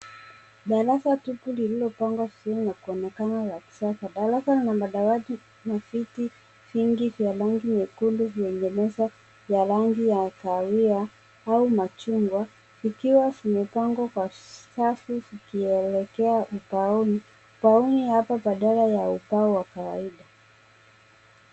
Darasa tupu lilopangwa vizuri na kuonekana la kisasa. Darasa lina madawati na viti vingi vya rangi nyekundu vyenye meza vya rangi ya kahawia au machungwa vikiwa vimepangwa kwa stafu vikielekea ubaoni. Ubaoni hapo badala ya ubao wa kawaida.